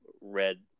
red